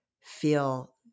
feel